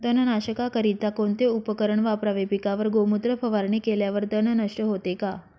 तणनाशकाकरिता कोणते उपकरण वापरावे? पिकावर गोमूत्र फवारणी केल्यावर तण नष्ट होते का?